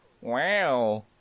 Wow